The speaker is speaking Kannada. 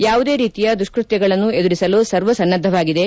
ಯಾವುದೇ ರೀತಿಯ ದುಷ್ಪಕ್ಕಗಳನ್ನು ಎದುರಿಸಲು ಸರ್ವಸನ್ನದ್ಧವಾಗಿದೆ